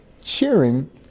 cheering